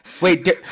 wait